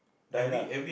die lah